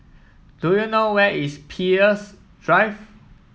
do you know where is Peirce Drive